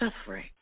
suffering